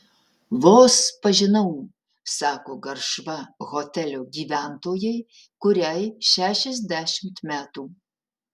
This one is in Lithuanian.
vos pažinau sako garšva hotelio gyventojai kuriai šešiasdešimt metų